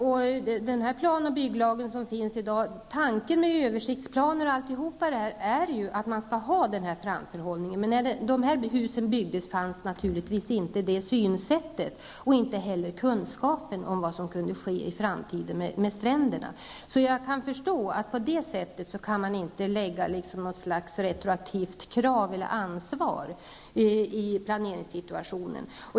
Tanken med bl.a. översiktsplaner i den planoch bygglag som finns i dag är ju att denna framförhållning skall finnas, men när dessa hus byggdes fanns naturligtvis inte det synsättet och inte heller kunskapen om vad som kunde ske med stränderna i framtiden. Jag kan förstå att man inte på det sättet kan lägga något slags retroaktivt ansvar på dem som hade hand om planeringen.